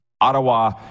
Ottawa